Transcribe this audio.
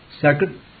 Second